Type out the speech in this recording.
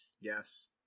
Yes